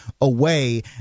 away